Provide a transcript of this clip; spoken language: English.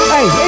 Hey